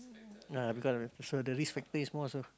ah because of the so the risk factor is more also